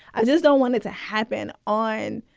i just don't want it to happen on,